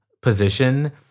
position